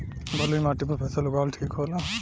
बलुई माटी पर फसल उगावल ठीक होला?